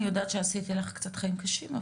אני יודעת שעשיתי לך קצת חיים קשים.